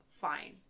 fine